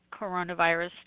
coronavirus